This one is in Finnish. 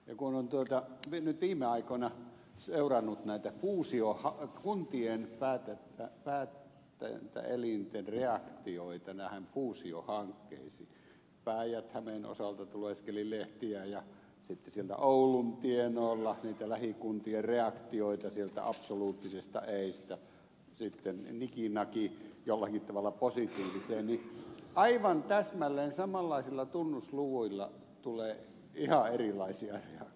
ja kun on viime aikoina seurannut kuntien päätäntäelinten reaktioita näihin fuusiohankkeisiin ja päijät hämeen osalta lueskelin lehtiä ja sitten oulun tienoolla lähikuntien reaktioita absoluuttisesta eistä niki naki jollakin tavalla positiiviseen niin aivan täsmälleen samanlaisilla tunnusluvuilla tulee ihan erilaisia reaktioita